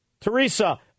teresa